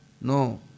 No